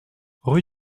rue